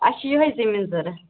اَسہِ چھِ یِہےَ زٔمیٖن ضروٗرت